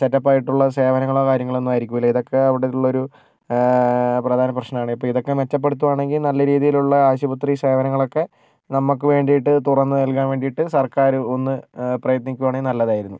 setup ആയിട്ടുള്ള സേവനങ്ങളോ കാര്യങ്ങളോ ഒന്നും ആയിരിക്കുകയില് ഇതൊക്കെ അവിടെ ഉള്ള ഒരു പ്രശ്നമാണ് പ്രധാന പ്രശ്നാണ് ഇപ്പോൾ ഇതൊക്കെ മെച്ചപ്പെടുത്തുക ആണെങ്കിൽ നല്ല രീതിലുള്ള ആശുപത്രി സേവനങ്ങളൊക്കെ നമുക്ക് വേണ്ടിയിട്ട് തുറന്നു നല്കാൻ വേണ്ടിയിട്ട് സർക്കാര് ഒന്ന് പ്രയത്നിക്കുവാണെങ്കിൽ നല്ലതായിരുന്നു